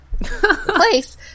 place